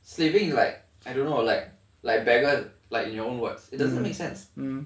saying like I don't know like like beggar like in your own words it doesn't make sense